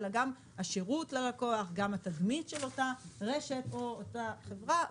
אלא גם השירות ללקוח והתבנית של אותה רשת או חברה.